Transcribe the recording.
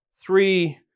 three